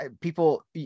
people